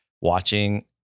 watching